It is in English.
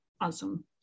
Awesome